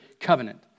covenant